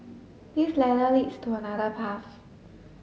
this ladder leads to another path